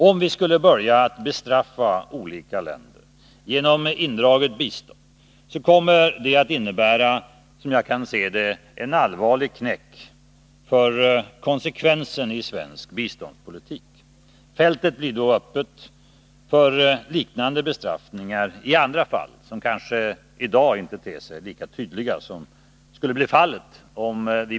Om vi skulle börja bestraffa olika länder genom indraget bistånd, kommer det att innebära en allvarlig knäck för konsekvensen i svensk biståndspolitik. Fältet blir då öppet för liknande bestraffningar i andra fall.